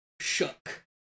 shook